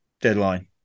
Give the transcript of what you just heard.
deadline